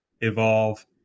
Evolve